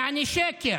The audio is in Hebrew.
יעני, שקר.